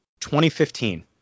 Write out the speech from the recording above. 2015